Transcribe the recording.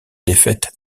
défaite